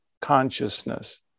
consciousness